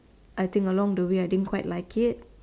I think along the way I didn't quite like it